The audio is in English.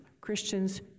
Christians